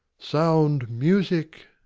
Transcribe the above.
sound, music.